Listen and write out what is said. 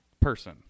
person